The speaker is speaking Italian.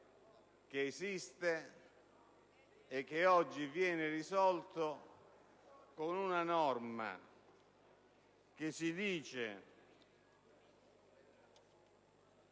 esiste da anni e oggi viene risolto con una norma che si dice